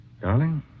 Darling